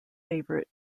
favorite